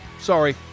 sorry